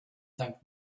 sankt